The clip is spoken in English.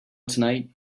tonight